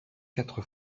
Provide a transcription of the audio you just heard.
quatre